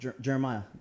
Jeremiah